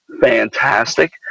fantastic